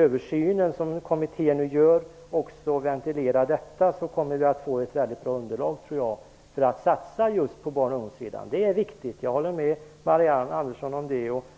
översyn som kommittén nu gör också ventilera detta, kommer vi att få ett väldigt bra underlag för att satsa just på barn och ungdomar. Jag håller med Marianne Andersson om att det är viktigt.